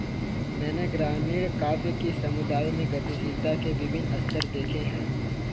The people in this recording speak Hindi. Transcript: मैंने ग्रामीण काव्य कि समुदायों में गतिशीलता के विभिन्न स्तर देखे हैं